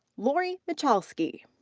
laurie michalski.